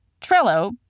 Trello